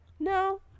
No